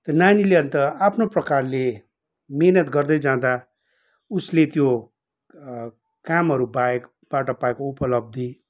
त्यो नानीले अन्त आफ्नो प्रकारले मिहिनेत गर्दै जाँदा उसले त्यो कामहरू बाहेक बाटो पाएको उपलब्धि